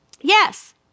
Yes